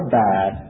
bad